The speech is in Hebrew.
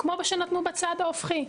כמו מה שנתנו בצד ההופכי.